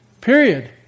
Period